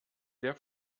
der